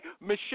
Michelle